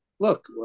Look